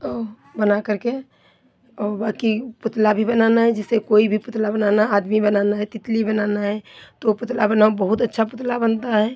और बनाकर के और बाकी पुतला भी बनाना है जैसे कोई भी पुतला बनाना आदमी बनाना है तितली बनाना है तो वो पुतला बनाओ बहुत अच्छा पुतला बनता है